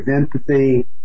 empathy